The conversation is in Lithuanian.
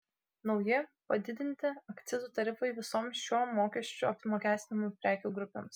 nauji padidinti akcizų tarifai visoms šiuo mokesčiu apmokestinamų prekių grupėms